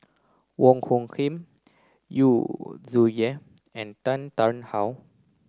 Wong Hung Khim Yu Zhuye and Tan Tarn How